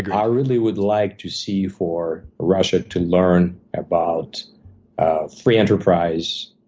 i really would like to see for russia to learn about ah free enterprise,